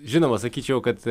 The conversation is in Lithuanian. žinoma sakyčiau kad